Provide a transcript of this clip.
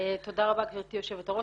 תודה רבה, גברתי היושבת-ראש.